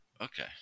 Okay